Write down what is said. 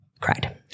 cried